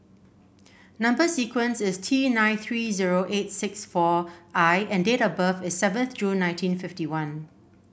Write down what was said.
number sequence is T seven nine three zero eight six four I and date of birth is seventh June nineteen fifty one